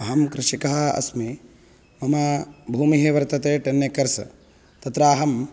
अहं कृषिकः अस्मि ममा भूमिः वर्तते टेन् एकर्स् तत्र अहं